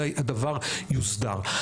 אלא הדבר יוסדר.